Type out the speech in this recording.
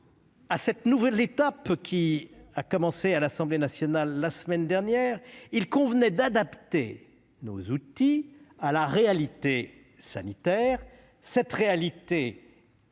de cette nouvelle étape, qui a débuté à l'Assemblée nationale la semaine dernière, il convenait d'adapter nos outils à la réalité sanitaire, laquelle a